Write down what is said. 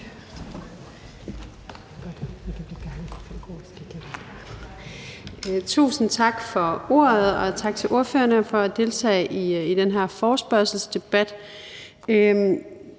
Tusind tak for ordet, og tak til ordførerne for at deltage i den her forespørgselsdebat.